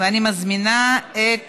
אני מזמינה את